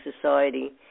society